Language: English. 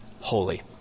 holy